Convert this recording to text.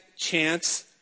chance